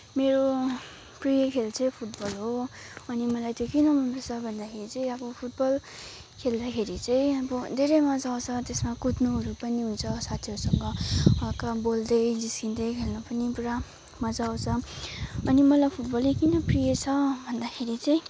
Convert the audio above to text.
मेरो प्रिय खेल चाहिँ फुटबल हो अनि मलाई चाहिँ किन मनपर्छ भन्दाखेरि चाहिँ अब फुटबल खेल्दाखेरि चाहिँ अब धेरै मज्जा आउँछ त्यसमा कुद्नुहरू पनि हुन्छ साथीहरूसँग का बोल्दै जिस्किँदै खेेल्न पनि पुरा मज्जा आउँछ अनि मलाई फुटबलै किन प्रिय छ भन्दाखेरि चाहिँ